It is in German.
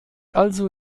also